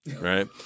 right